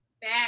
back